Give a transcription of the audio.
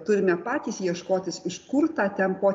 turime patys ieškotis iš kur tą ten po